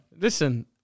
Listen